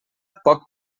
poc